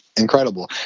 incredible